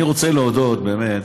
אני רוצה להודות, באמת,